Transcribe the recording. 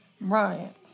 Bryant